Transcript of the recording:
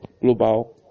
global